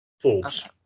Forbes